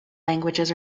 languages